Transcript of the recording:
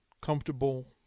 comfortable